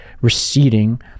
receding